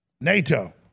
NATO